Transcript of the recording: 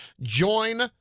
Join